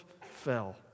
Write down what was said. fell